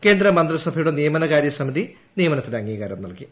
കേന്ദ്ര മന്ത്രിസഭയുടെ നിയമനകാര്യ സമിതി നിയമനത്തിന് അംഗീകാരം നൽകി